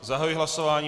Zahajuji hlasování.